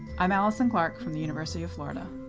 i'm alisson clark from the university of florida.